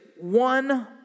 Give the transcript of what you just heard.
one